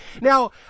Now